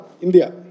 India